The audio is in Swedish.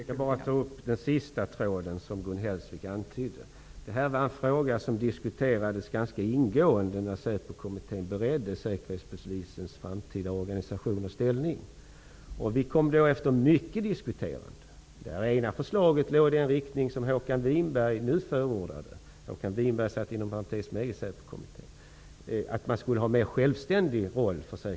Fru talman! Jag skall bara ta upp den sista tråden som Gun Hellsvik antydde. Den här frågan diskuterades ganska ingående när Säpokommittén beredde Säkerhetspolisens framtida organisation och ställning. Det ena förslaget låg i den riktning som Håkan Winberg nu förordar -- han satt också med i Säpokommittén -- dvs. att Säkerhetspolisen skulle ha en mer självständig roll.